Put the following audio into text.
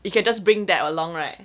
you can just bring that along right